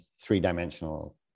three-dimensional